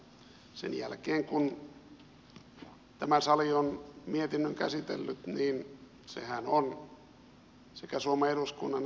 sen jälkeen kun tämä sali on mietinnön käsitellyt sehän on sekä suomen eduskunnan että suomen kansan tahto